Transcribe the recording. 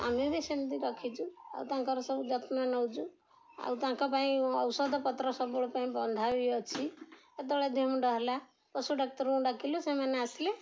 ଆମେ ବି ସେମିତି ରଖିଛୁ ଆଉ ତାଙ୍କର ସବୁ ଯତ୍ନ ନେଉଛୁ ଆଉ ତାଙ୍କ ପାଇଁ ଔଷଧ ପତ୍ର ସବୁବେଳ ପାଇଁ ବନ୍ଧା ବି ଅଛି କେତେବେଳେ ଦେହ ମୁଣ୍ଡ ହେଲା ପଶୁ ଡାକ୍ତରଙ୍କୁ ଡାକିଲୁ ସେମାନେ ଆସିଲେ